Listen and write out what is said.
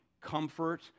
comfort